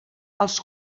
els